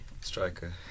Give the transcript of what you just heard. striker